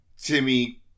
Timmy